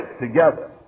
together